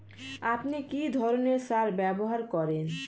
আপনি কী ধরনের সার ব্যবহার করেন?